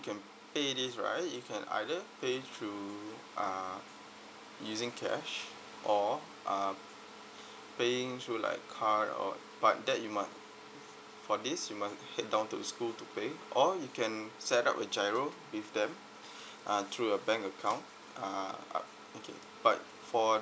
you can pay this right you can either pay through uh using cash or um paying through like card or but that you mu~ for this you have to head down to the school to pay or you can set up a GIRO with them uh through your bank account uh uh okay but for the